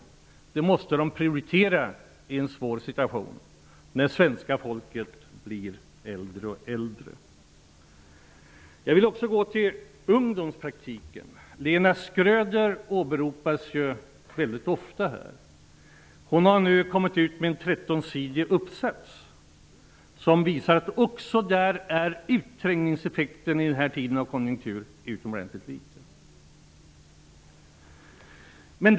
Detta måste prioriteras i en svår situation. Det svenska folket blir allt äldre. Jag vill också ta upp ungdomspraktiken. Lena Schröder åberopas ofta. Hon har nu kommit ut med en 13-sidig uppsats. Den visar att utträngningseffekten i den här typen av konjunktur är utomordentligt liten.